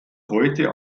heute